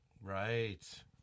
Right